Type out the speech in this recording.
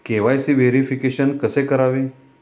KYC verification कसे करावे?